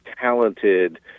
talented